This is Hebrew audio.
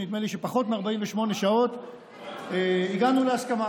נדמה לי שלפני פחות מ-48 שעות הגענו להסכמה,